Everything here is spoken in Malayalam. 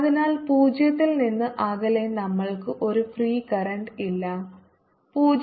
അതിനാൽ 0 ൽ നിന്ന് അകലെ നമ്മൾക്ക് ഒരു ഫ്രീ കറന്റ് ഇല്ല H Jfree0